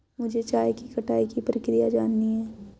मुझे चाय की कटाई की प्रक्रिया जाननी है